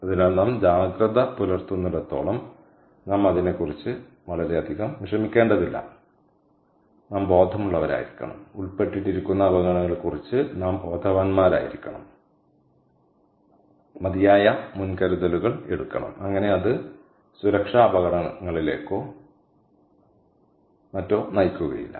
അതിനാൽ നാം ജാഗ്രത പുലർത്തുന്നിടത്തോളം നാം അതിനെക്കുറിച്ച് വളരെയധികം വിഷമിക്കേണ്ടതില്ല നാം ബോധമുള്ളവരായിരിക്കണം ഉൾപ്പെട്ടിരിക്കുന്ന അപകടങ്ങളെക്കുറിച്ച് നാം ബോധവാന്മാരായിരിക്കണം മതിയായ മുൻകരുതലുകൾ എടുക്കണം അങ്ങനെ അത് സുരക്ഷാ അപകടങ്ങളിലേക്കോ അപകടങ്ങളിലേക്കോ നയിക്കില്ല